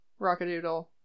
rockadoodle